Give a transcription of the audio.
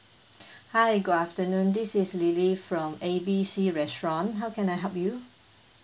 hi good afternoon this is lily from A B C restaurant how can I help you